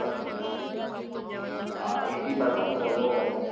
पर सीट हा A C bus आहे वोल्वो बस आहे